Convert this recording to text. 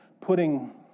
putting